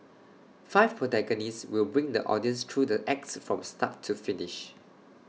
five protagonists will bring the audience through the acts from start to finish